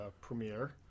premiere